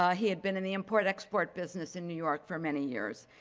ah he had been in the import, export business in new york for many years.